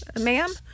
ma'am